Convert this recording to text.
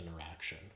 interaction